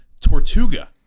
Tortuga